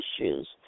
issues